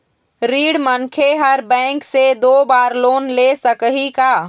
ऋणी मनखे हर बैंक से दो बार लोन ले सकही का?